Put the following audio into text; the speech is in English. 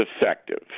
effective